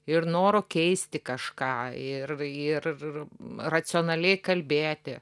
ir noro keisti kažką ir ir racionaliai kalbėti